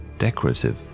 decorative